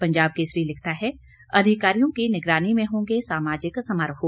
पंजाब केसरी लिखता है अधिकारियों की निगरानी में होंगे सामाजिक समारोह